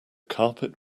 carpet